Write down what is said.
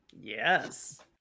Yes